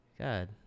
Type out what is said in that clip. God